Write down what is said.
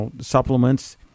supplements